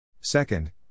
Second